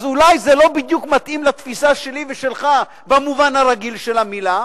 אז אולי זה לא בדיוק מתאים לתפיסה שלי ושלך במובן הרגיל של המלה,